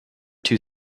two